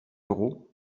euros